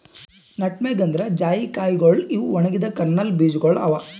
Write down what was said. nutmeg ಅಂದುರ್ ಜಾಯಿಕಾಯಿಗೊಳ್ ಇವು ಒಣಗಿದ್ ಕರ್ನಲ್ ಬೀಜಗೊಳ್ ಅವಾ